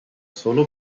solo